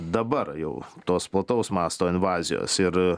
dabar jau tos plataus masto invazijos ir